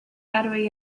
harvey